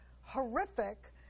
horrific